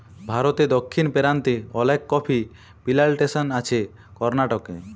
ভারতে দক্ষিণ পেরান্তে অলেক কফি পিলানটেসন আছে করনাটকে